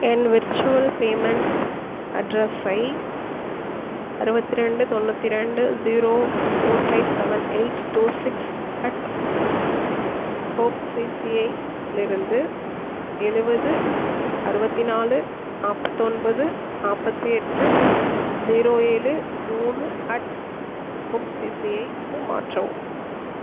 என் virtual payment அட்ரஸை அறுபத்தி ரெண்டு தொண்ணூற்றி ரெண்டு zero four five seven eight two six at axis ஏயிலிருந்து எழுவது அறுபத்தி நாலு நாற்பத்தொன்பது நாற்பத்தி எட்டு ஜீரோ ஏழு மூணு அட் ஆக்சிஸ் ஏவுக்கு மாற்றவும்